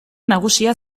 nagusia